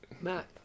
Matt